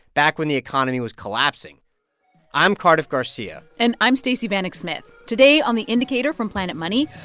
back when the economy was collapsing i'm cardiff garcia and i'm stacey vanek smith. today on the indicator from planet money,